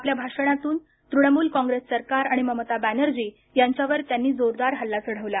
आपल्या भाषणातून तृणमूल कॉंग्रेस सरकार आणि ममता बनर्जी यांच्यावर त्यांनी जोरदार हल्ला चढवला